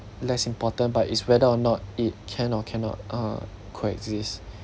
less important but is whether or not it can or cannot uh coexist